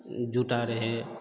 जुटा रहे